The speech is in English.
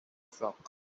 flock